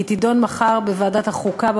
היא תידון מחר בבוקר בוועדת החוקה,